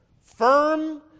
firm